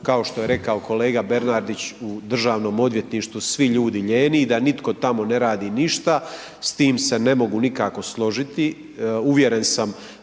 kao što je rekao kolega Bernardić u DORH-u svi ljudi lijeni i da nitko tamo ne radi ništa, s tim se ne mogu nikako složiti. Uvjeren sam